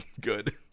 Good